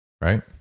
Right